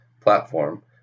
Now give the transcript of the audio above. platform